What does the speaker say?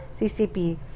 CCP